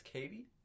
Katie